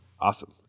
Awesome